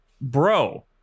bro